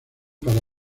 para